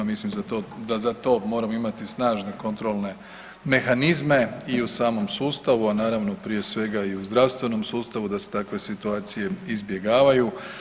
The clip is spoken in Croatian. Mislim da za to moramo imati snažne kontrolne mehanizme i u samom sustavu, a naravno prije svega i u zdravstvenom sustavu da se takve situacije izbjegavaju.